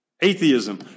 Atheism